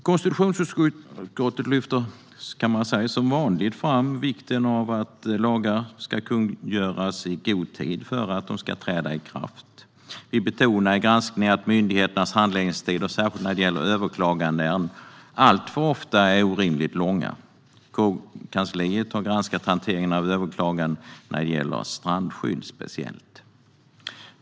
Konstitutionsutskottet lyfter som vanligt fram vikten av att lagar ska kungöras i god tid innan de ska träda i kraft. Vi betonar i granskningen att myndigheternas handläggningstider, särskilt när det gäller överklagandeärenden, alltför ofta är orimligt långa. KU-kansliet har särskilt granskat hanteringen av överklaganden gällande strandskydd.